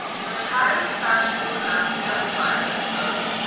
her attire was fashionable enough to justify such a post,